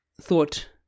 thought